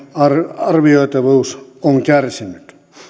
arvioitavuus on kärsinyt